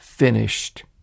Finished